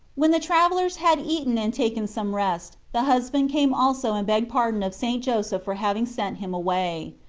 when the travellers had eaten and taken some rest the husband came also and begged pardon of st. joseph for having sent him away.